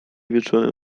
wieczorem